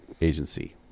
agency